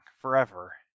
forever